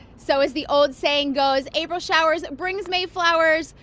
so as the old saying goes, april showers bring may flowers.